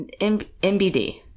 MBD